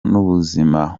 n’ubuzima